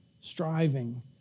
striving